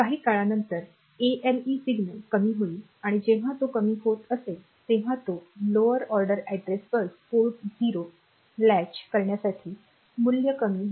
काही काळानंतर ALE signal कमी होईल आणि जेव्हा तो कमी होत असेल तेव्हा तो lower order address bus port 0 launch करण्यासाठी मूल्य कमी म्हणून वापरला जाईल